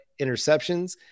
interceptions